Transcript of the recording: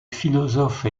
philosophe